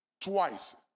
twice